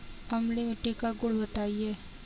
अम्लीय मिट्टी का गुण बताइये